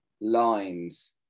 lines